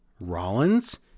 Rollins